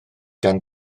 gan